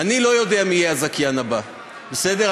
אני לא יודע מי יהיה הזכיין הבא, בסדר?